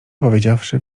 powiedziawszy